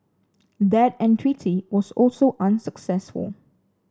that entreaty was also unsuccessful